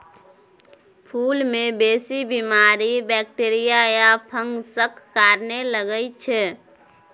फुल मे बेसी बीमारी बैक्टीरिया या फंगसक कारणेँ लगै छै